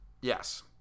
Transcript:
Yes